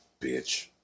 bitch